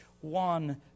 one